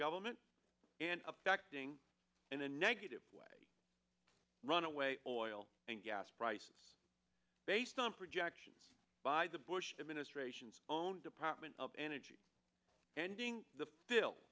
government and affecting in a negative way runaway or oil and gas prices based on projections by the bush administration's own department of energy ending the